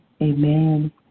amen